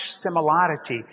similarity